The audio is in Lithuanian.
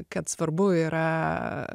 kad svarbu yra